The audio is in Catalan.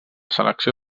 selecció